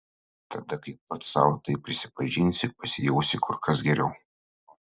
tada kai pats sau tai prisipažinsi pasijausi kur kas geriau